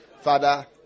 Father